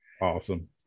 awesome